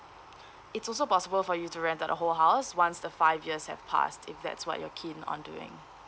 it's also possible for you to rent out a whole house once the five years have passed if that's what you're keen on doing